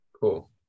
cool